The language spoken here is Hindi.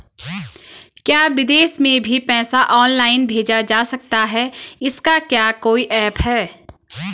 क्या विदेश में भी पैसा ऑनलाइन भेजा जा सकता है इसका क्या कोई ऐप है?